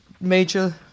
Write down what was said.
major